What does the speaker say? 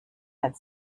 had